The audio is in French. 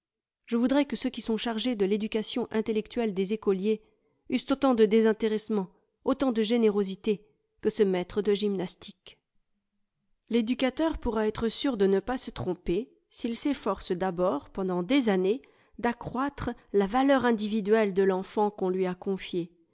je voudrais que ceux qui sont chargés de l'éducation intellectuelle des écoliers eussent autant de désintéressement autant de générosité que ce maître de gymnastique l'éducateur pourra être sûr de ne pas se tromper s'il s'efforce d'abord pendant des années d'accroître la valeur individuelle de l'enfant qu'on lui a confié